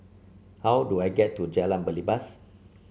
how do I get to Jalan Belibas